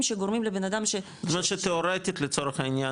שגורמים לבנאדם ש- -- זאת אומרת שתאורטית לצורך העניין,